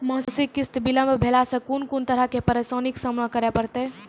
मासिक किस्त बिलम्ब भेलासॅ कून कून तरहक परेशानीक सामना करे परतै?